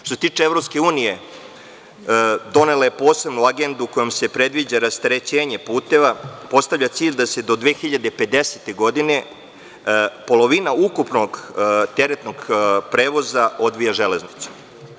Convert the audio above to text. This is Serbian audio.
Što se tiče EU, donela je posebnu agendu kojom se predviđa rasterećenje puteva, postavlja cilj da se do 2050. godine polovina ukupnog teretnog prevoza odvija železnicom.